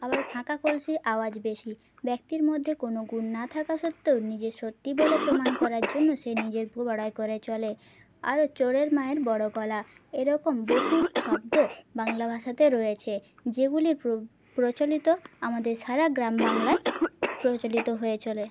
আবার ফাঁকা কলসির আওয়াজ বেশি ব্যক্তির মধ্যে কোনো গুণ না থাকা সত্ত্বেও নিজের সত্যি বলে প্রমাণ করার জন্য সে নিজের বড়াই করে চলে আরো চোরের মায়ের বড়ো গলা এরকম বহু শব্দ বাংলা ভাষাতে রয়েছে যেগুলি প্রচলিত আমাদের সারা গ্রাম বাংলায় প্রচলিত হয়ে চলে